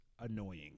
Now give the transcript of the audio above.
Annoying